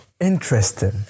Interesting